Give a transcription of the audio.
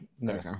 No